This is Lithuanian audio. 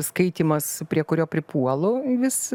skaitymas prie kurio pripuolu vis